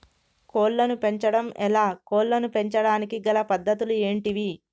కోళ్లను పెంచడం ఎలా, కోళ్లను పెంచడానికి గల పద్ధతులు ఏంటివి?